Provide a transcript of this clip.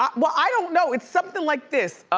um well i don't know, it's something like this.